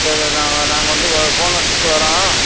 சரி நாங்கள் நாங்கள் வந்து ஃபோன் அடிச்சிவிட்டு வரோம்